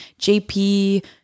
jp